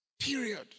Period